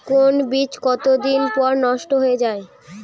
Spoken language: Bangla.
কোন বীজ কতদিন পর নষ্ট হয়ে য়ায়?